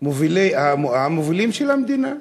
שהם המובילים של המדינה.